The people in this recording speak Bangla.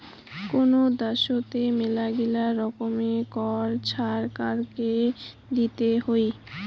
কোন দ্যাশোতে মেলাগিলা রকমের কর ছরকারকে দিতে হই